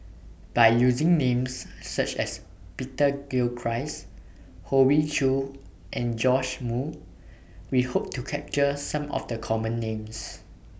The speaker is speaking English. By using Names such as Peter Gilchrist Hoey Choo and Joash Moo We Hope to capture Some of The Common Names